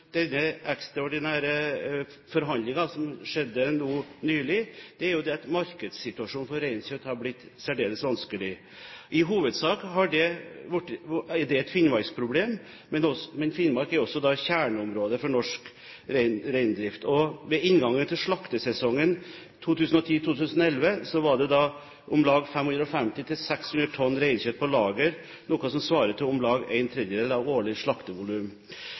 denne ekstraordinære forhandlingen nå nylig er at markedssituasjonen for reinkjøtt har blitt særdeles vanskelig. I hovedsak er det et finnmarksproblem, men Finnmark er da også kjerneområdet for norsk reindrift. Ved inngangen til slaktesesongen 2010–2011 var det om lag 550–600 tonn reinkjøtt på lager, noe som svarer til om lag en tredjedel av årlig slaktevolum.